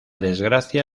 desgracia